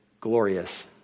glorious